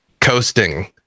coasting